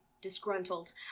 Disgruntled